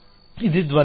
ఇది ధ్వనించదు